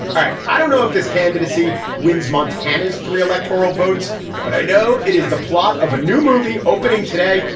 i i don't know if this candidacy winds montana's three electoral votes but i know it is the plot of a new movie opening today.